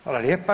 Hvala lijepa.